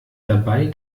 dabei